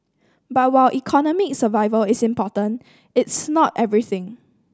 but while economic survival is important it's not everything